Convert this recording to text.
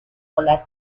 volar